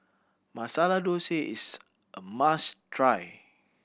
Masala Dosa is a must try